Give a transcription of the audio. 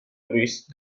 luis